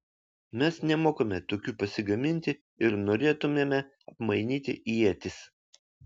mes nemokame tokių pasigaminti ir norėtumėme apmainyti į ietis